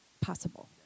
possible